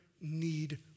need